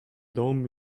dom